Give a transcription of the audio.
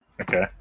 Okay